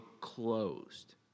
closed